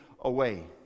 away